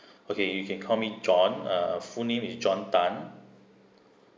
okay you can call me john uh full name is john tan